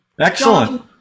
Excellent